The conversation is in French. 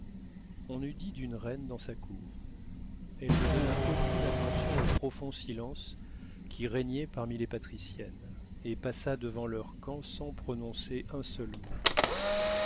on eût dit d'une reine dans sa cour elle ne donna aucune attention au profond silence qui régnait parmi les patriciennes et passa devant leur camp sans prononcer un seul mot